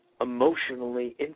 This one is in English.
emotionally